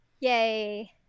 Yay